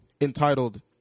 entitled